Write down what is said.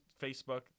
Facebook